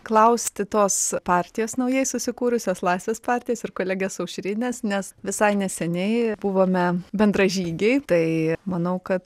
klausti tos partijos naujai susikūrusios laisvės partijos ir kolegės aušrinės nes visai neseniai buvome bendražygiai tai manau kad